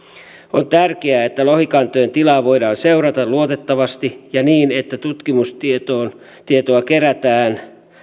on tärkeää että lohikantojen tilaa voidaan seurata luotettavasti ja niin että tutkimustietoa kerätään ja